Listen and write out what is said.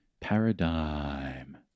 Paradigm